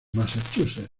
massachusetts